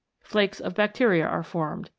flakes of bacteria are formed,